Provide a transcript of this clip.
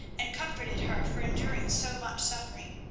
and comforted her for enduring so much suffering.